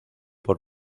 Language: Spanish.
por